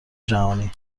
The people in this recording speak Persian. جهانی